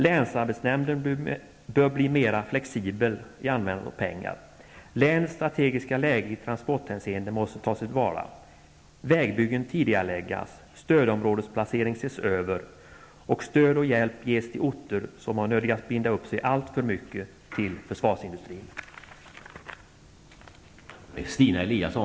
Länsarbetsnämnden bör bli mera flexibel när det gäller användandet av pengar, länets strategiska läge i transporthänseende måste tas till vara, vägbyggen bör tidigareläggas, stödområdesplaceringen ses över och stöd och hjälp ges till orter, som har nödgats binda upp sig alltför mycket till försvarsindustrin.